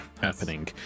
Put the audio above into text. happening